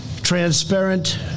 transparent